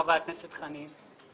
חבר הכנסת חנין,